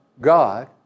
God